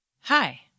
Hi